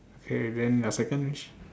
okay then your second wish